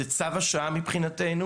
זה צו השעה מבחינתנו.